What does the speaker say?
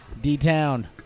D-Town